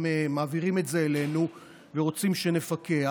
אם מעבירים את זה אלינו ורוצים שנפקח,